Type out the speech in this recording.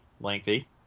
lengthy